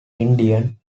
indian